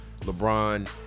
LeBron